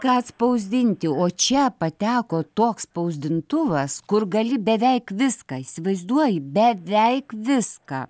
ką atspausdinti o čia pateko toks spausdintuvas kur gali beveik viską įsivaizduoji beveik viską